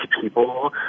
people